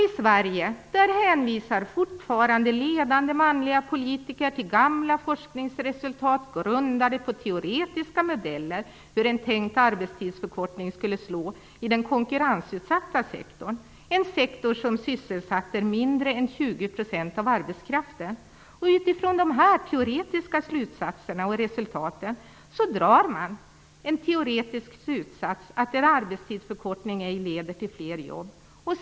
I Sverige hänvisar fortfarande ledande manliga politiker till gamla forskningsresultat grundade på teoretiska modeller för hur en tänkt arbetstidsförkortning skulle slå i den konkurrensutsatta sektorn, en sektor som sysselsatte mindre än 20 % av arbetskraften. Utifrån de teoretiska slutsatserna och resultaten drar man en teoretisk slutsats: En arbetstidsförkortning leder ej till fler jobb.